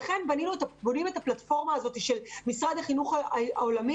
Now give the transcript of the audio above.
לכן בונים את הפלטפורמה הזאת של משרד החינוך העולמי,